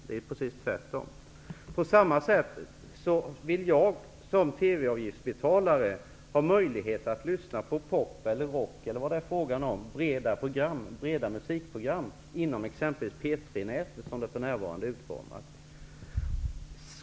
Det är ju precis tvärtom. På samma sätt vill jag såsom TV-avgiftsbetalare ha möjlighet att lyssna på pop eller rock eller vad det är fråga om och breda musikprogram inom t.ex. P 3-nätet såsom det för närvarande är utformat.